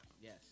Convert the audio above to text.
Yes